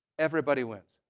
everybody wins.